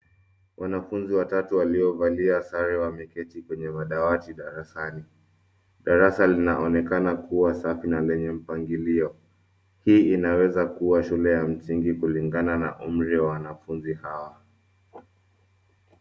Wanafunzi watatu waliovalia sare wameketi kwenye madawati darasani. Darasa linaonekana kua safi na lenye mpangilio. Hii inaweza kua shule ya msingi kulingana na umri wa wanafunzi hawa.